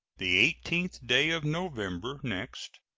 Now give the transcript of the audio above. the eighteenth day of november next,